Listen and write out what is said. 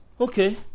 okay